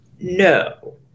No